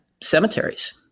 cemeteries